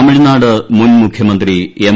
തമിഴ്നാട് മുൻ മുഖ്യമന്ത്രി എം